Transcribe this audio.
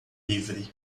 livre